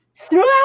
throughout